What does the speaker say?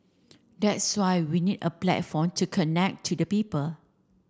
that's why we need a platform to connect to the people